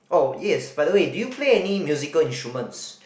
oh yes by the way do you play any musical instruments